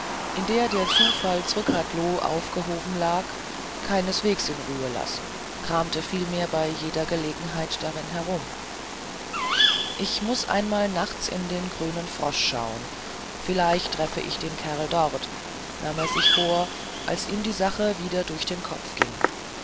in der der zufall zrcadlo aufgehoben lag keineswegs in ruhe lassen kramte vielmehr bei jeder gelegenheit darin herum ich muß einmal nachts in den grünen frosch schauen vielleicht treffe ich den kerl dort nahm er sich vor als ihm die sache wieder durch den kopf ging